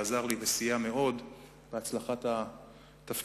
שעזר לי וסייע מאוד בהצלחת התפקיד.